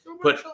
put